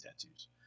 tattoos